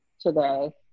today